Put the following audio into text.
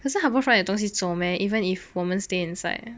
可是 Harbourfront 有的东西走 meh even if 我们 stay inside